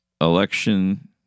Election